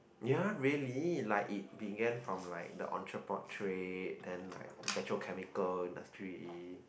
ya really like it began from like the entrepot trade then like the petrochemical industry